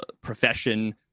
profession